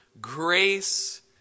grace